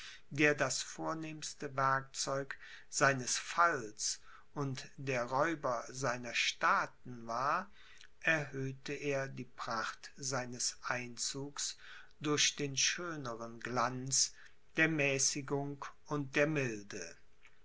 der das vornehmste werkzeug seines falls und der räuber seiner staaten war erhöhte er die pracht seines einzugs durch den schöneren glanz der mäßigung und der milde